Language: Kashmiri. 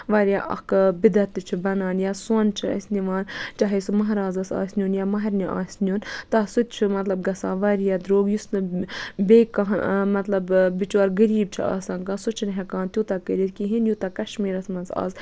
واریاہ اَکھ بِدَتھ تہِ چھُ بَنان یا سۄن چھِ أسۍ نِوان چاہے سُہ مہرازَس آسہِ نِیُن یا مہَرنہِ آسہِ نِیُن سُہ تہِ چھُ مطلب گَژھان واریاہ دروگ یُس نہٕ بیٚیہِ کانٛہہ مطلب بِچور غریب چھُ آسان کانٛہہ سُہ چھُنہٕ ہیٚکان تیوتاہ کٔرِتھ کِہیٖنۍ یوتاہ کشمیرَس مَنٛز اَز